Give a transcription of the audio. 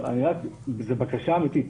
זו בקשה אמיתית,